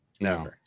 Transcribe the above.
No